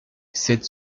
cette